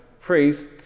priests